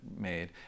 made